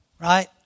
Right